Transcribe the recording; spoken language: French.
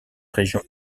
région